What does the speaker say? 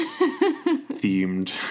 themed